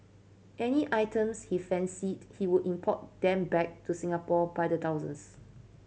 any items he fancied he would import them back to Singapore by the thousands